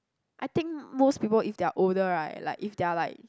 I think most people if they are older right like if they are like